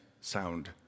sound